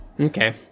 Okay